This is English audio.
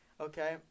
okay